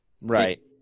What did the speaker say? Right